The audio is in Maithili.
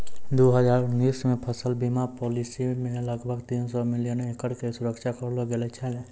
दू हजार उन्नीस मे फसल बीमा पॉलिसी से लगभग तीन सौ मिलियन एकड़ के सुरक्षा करलो गेलौ छलै